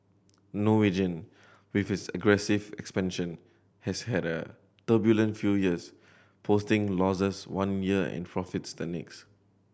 Norwegian with its aggressive expansion has had a turbulent few years posting losses one year and profits the next